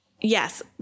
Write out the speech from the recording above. yes